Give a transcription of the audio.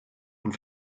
und